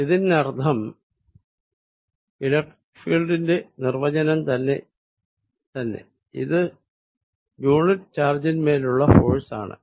ഇതിനർത്ഥം ഇലക്ട്രിക്ക് ഫീൽഡിന്റെ നിർവചനം തന്നെ ഇത് യൂണിറ്റ് ചാർജിൻമേലുള്ള ഫോഴ്സ് ആണ്